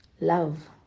Love